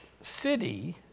city